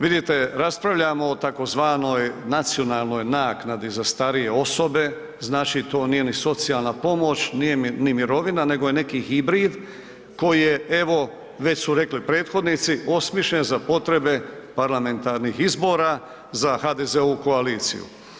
Vidite, raspravljamo o tzv. nacionalnoj naknadi za starije osobe, znači to nije ni socijalna pomoć, nije ni mirovina nego je neki hibrid koji je evo, već su rekli prethodnici, osmišljen za potrebe parlamentarnih izbora za HDZ-ovu koaliciju.